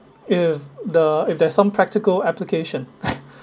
if the if there's some practical application